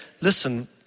listen